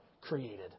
created